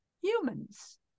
humans